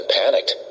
panicked